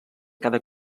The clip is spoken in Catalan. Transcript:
cada